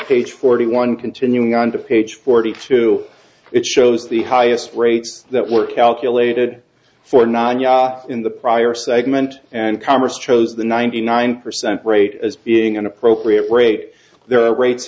page forty one continuing on to page forty two it shows the highest rates that were calculated for najat in the prior segment and congress chose the ninety nine percent rate as being an appropriate rate their rate